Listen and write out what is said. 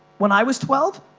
when i was twelve,